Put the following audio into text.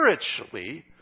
spiritually